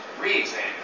re-examine